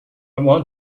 want